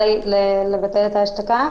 קצינת הפרויקטים הטכנולוגיים של חטיבת החקירות.